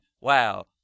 wow